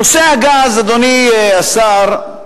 נושא הגז, אדוני השר,